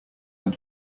than